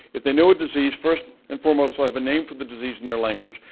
if they know a disease, first and foremost they have a name for the disease in their language.